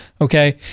okay